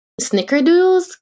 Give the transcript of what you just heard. Snickerdoodles